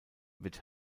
wird